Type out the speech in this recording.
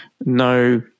no